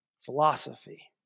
philosophy